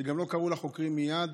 וגם לא קראו לחוקרים מייד